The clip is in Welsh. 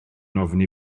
ofni